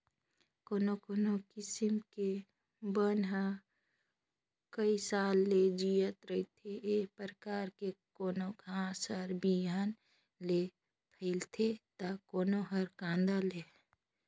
कोनो कोनो किसम के बन ह कइ साल ले जियत रहिथे, ए परकार के कोनो घास हर बिहन ले फइलथे त कोनो हर कांदा ले